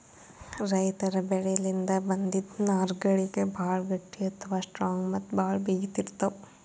ರೈತರ್ ಬೆಳಿಲಿನ್ದ್ ಬಂದಿಂದ್ ನಾರ್ಗಳಿಗ್ ಭಾಳ್ ಗಟ್ಟಿ ಅಥವಾ ಸ್ಟ್ರಾಂಗ್ ಮತ್ತ್ ಭಾಳ್ ಬಿಗಿತ್ ಇರ್ತವ್